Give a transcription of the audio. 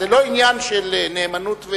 אז זה לא עניין של נאמנות.